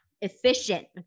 efficient